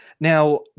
Now